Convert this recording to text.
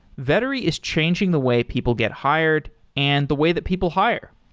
vettery is changing the way people get hired and the way that people hire.